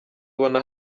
ubona